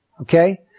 okay